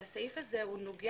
הסעיף הזה לא מדבר